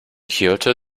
kyoto